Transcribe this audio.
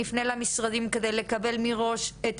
הבא אנחנו נפנה למשרדים על מנת לקבל מהם מראש את